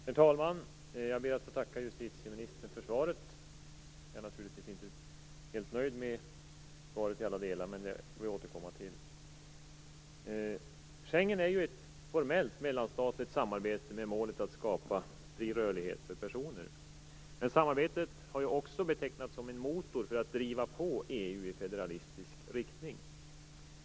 Herr talman! Jag ber att få tacka justitieministern för svaret. Jag är naturligtvis inte helt nöjd med svaret i alla delar, men det får jag återkomma till. Schengen är ett formellt mellanstatligt samarbete, med målet att skapa fri rörlighet för personer. Men samarbetet har också betecknats som en motor för att driva på EU i federalistisk riktning.